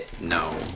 No